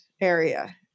area